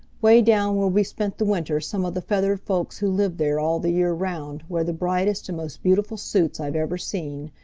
way down where we spent the winter some of the feathered folks who live there all the year round wear the brightest and most beautiful suits i've ever seen.